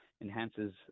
enhances